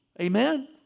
Amen